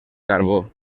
carbó